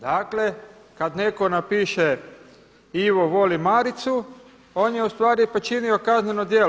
Dakle kada netko napiše Ivo voli Maricu, on je ustvari počinio kazneno djelo.